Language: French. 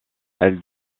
elle